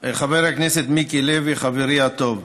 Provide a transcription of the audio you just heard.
חבר הכנסת מיקי לוי, חברי הטוב,